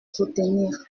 soutenir